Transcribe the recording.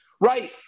Right